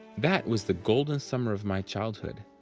that was the golden summer of my childhood,